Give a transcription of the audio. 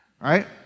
Right